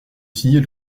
signer